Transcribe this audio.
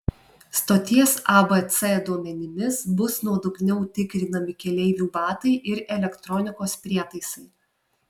stoties abc duomenimis bus nuodugniau tikrinami keleivių batai ir elektronikos prietaisai